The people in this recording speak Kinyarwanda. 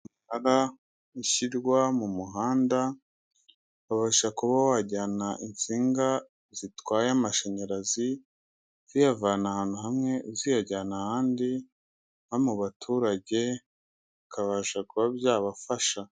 Iminara ishyirwa mu muhanda, ukabasha kuba wajyana insinga zitwaye amashanyarazi, ziyavana ahantu hamwe ziyajyana ahandi, nko mu baturage, bikabasha kuba byabafasha.